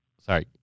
sorry